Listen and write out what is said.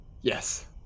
Yes